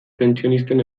pentsionisten